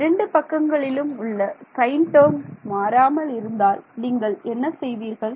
இரண்டு பக்கங்களிலும் உள்ள சைன் டேர்ம் மாறாமல் இருந்தால் நீங்கள் என்ன செய்வீர்கள்